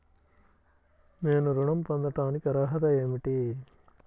నేను ఋణం పొందటానికి అర్హత ఏమిటి?